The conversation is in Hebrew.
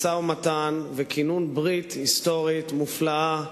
משא-ומתן וכינון ברית היסטורית מופלאה